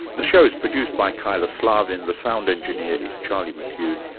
the show is produced by kyla slaven. the sound engineer is charlie mckune.